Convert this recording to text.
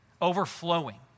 overflowing